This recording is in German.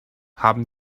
haben